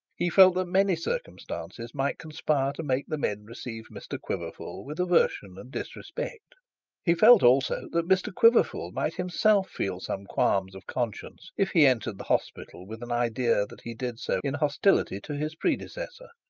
he felt that many circumstances might conspire to make the men receive mr quiverful with aversion and disrespect he felt also that mr quiverful might himself feel some qualms of conscience if he entered the hospital with an idea that he did so in hostility to his predecessor.